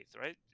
right